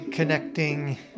Connecting